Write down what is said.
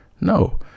no